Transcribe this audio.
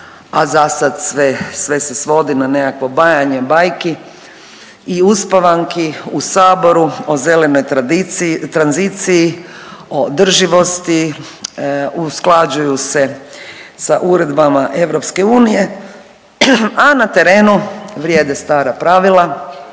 a za sad sve se svodi na nekakvo bajanje bajki i uspavanki u Saboru o zelenoj tranziciji, o održivosti usklađuju se sa uredbama EU, a na terenu vrijede stara pravila,